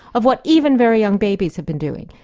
of what even very young babies have been doing,